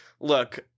look